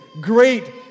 great